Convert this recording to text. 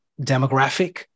demographic